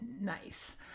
Nice